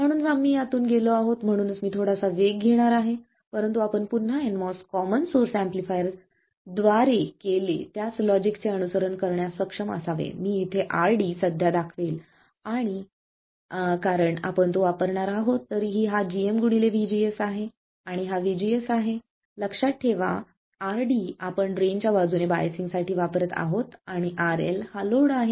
म्हणूनच आम्ही यातून गेलो आहोत म्हणूनच मी थोडासा वेग घेणार आहे परंतु आपण पुन्हा nMOS कॉमन सोर्स एम्पलीफायर द्वारे केले त्याच लॉजिकचे अनुसरण करण्यास सक्षम असावे मी इथे RD सध्या दाखवेल कारण आपण तो वापरणार आहोत तरी ही हा gm vGS आहे आणि हा vGS आहे लक्षात ठेवा RD आपण ड्रेनच्या बाजूने बायसिंग साठी वापरत आहोत आणि RL हा लोड आहे